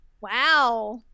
Wow